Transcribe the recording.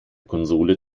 konsole